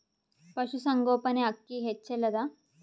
ಪಶುಸಂಗೋಪನೆ ಅಕ್ಕಿ ಹೆಚ್ಚೆಲದಾ?